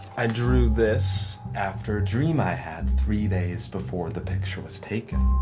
i drew this after a dream i had three days before the picture was taken.